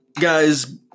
guys